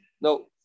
No